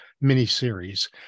mini-series